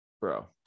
bro